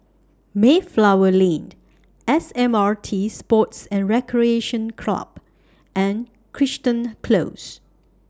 Mayflower Lane S M R T Sports and Recreation Club and Crichton Close